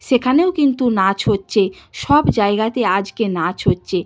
সেখানেও কিন্তু নাচ হচ্ছে সব জায়গাতে আজকে নাচ হচ্ছে